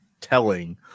telling